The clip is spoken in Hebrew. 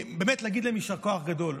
באמת, להגיד להם יישר כוח גדול.